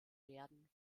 werden